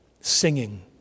singing